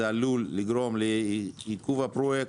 זה עלול לגרום לעיכוב הפרויקט,